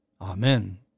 Amen